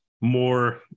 more